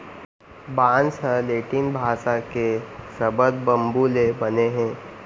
बांस ह लैटिन भासा के सब्द बंबू ले बने हे